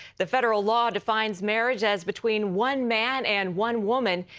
the federal law defines marriage as between one man and one woman.